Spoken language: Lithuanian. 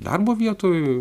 darbo vietoj